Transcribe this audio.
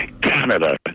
Canada